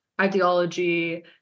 ideology